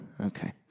Okay